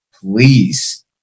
please